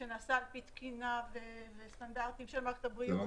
שנעשה על פי תקינה וסטנדרטים של מערכת הבריאות.